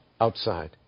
outside